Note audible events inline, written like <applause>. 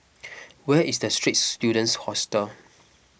<noise> where is the Straits Students Hostel